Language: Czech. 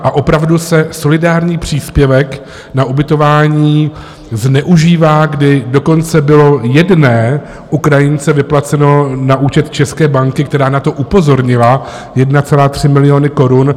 A opravdu se solidární příspěvek na ubytování zneužívá, kdy dokonce bylo jedné Ukrajince vyplaceno na účet české banky, která na to upozornila, 1,3 miliony korun.